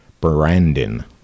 Brandon